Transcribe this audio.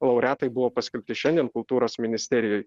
laureatai buvo paskelbti šiandien kultūros ministerijoj